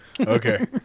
Okay